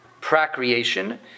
procreation